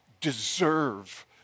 deserve